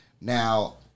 Now